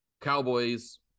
Cowboys